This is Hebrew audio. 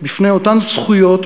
בפני אותן זכויות,